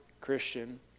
Christian